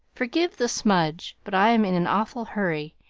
forgive the smudge, but i am in an awful hurry,